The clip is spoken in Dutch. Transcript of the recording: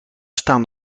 staan